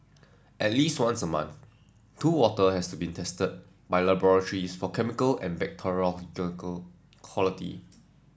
at least once a month pool water has to be tested by laboratories for chemical and bacteriological quality